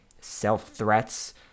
self-threats